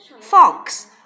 Fox